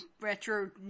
retro